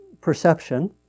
perception